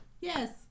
yes